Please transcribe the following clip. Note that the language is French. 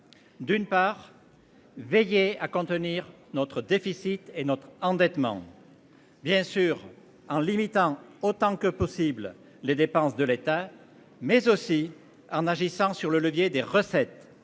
D'une part. Veiller à contenir notre déficit et notre endettement.-- Bien sûr, en limitant autant que possible les dépenses de l'État mais aussi Arena agissant sur le levier des recettes